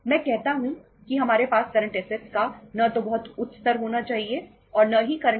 मैं कहता हूं कि हमारे पास करंट ऐसेटस करती हैं